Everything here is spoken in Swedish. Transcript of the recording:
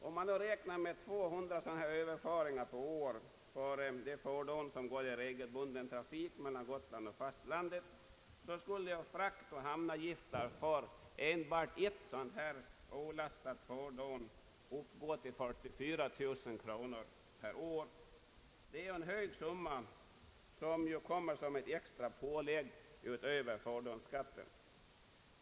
Om man räknar med 200 överföringar per år när det gäller de fordon som går i regelbunden trafik mellan Gotland och fastlandet, kommer frakt och hamnavgifter för enbart ett sådant här olastat fordon att uppgå till 44 000 kronor per år. Det är en hög summa som ju tillkommer som ett extra pålägg utöver fordonsskatten.